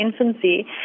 infancy